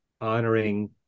honoring